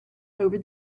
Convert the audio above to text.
over